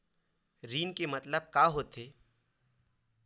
ऋण के मतलब का होथे?